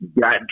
got